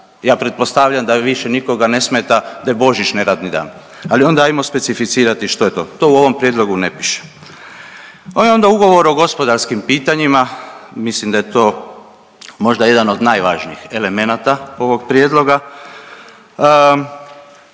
Ja pretpostavljam da više nikoga ne smeta da je Božić neradni dan, ali onda hajmo specificirati što je to. To u ovom prijedlogu ne piše. Pa je onda ugovor o gospodarskim pitanjima, mislim da je to možda jedan od najvažnijih elemenata ovoga prijedloga.